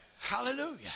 Hallelujah